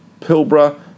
Pilbara